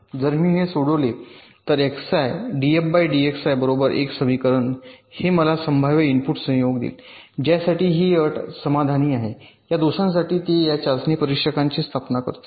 जर मी हे सोडवले तर Xi df dXi बरोबर 1 समीकरण हे मला सर्व संभाव्य इनपुट संयोग देईल ज्यासाठी ही अट आहे समाधानी आहे आणि या दोषांसाठी ते या चाचणी परीक्षकांची स्थापना करतील